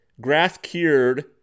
grass-cured